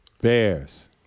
Bears